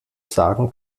sagen